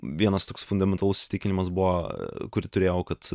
vienas toks fundamentalus įsitikinimas buvo kurį turėjau kad